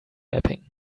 mapping